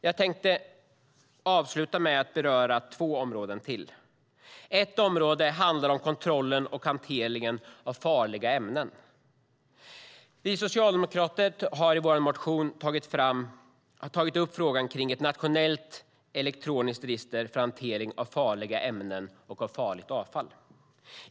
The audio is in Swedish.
Jag avslutar med att beröra två områden till. Det ena handlar om kontrollen och hanteringen av farliga ämnen. Vi socialdemokrater har i vår motion tagit upp frågan om ett nationellt elektroniskt register för hantering av farliga ämnen och farligt avfall.